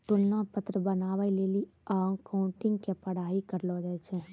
तुलना पत्र बनाबै लेली अकाउंटिंग के पढ़ाई करलो जाय छै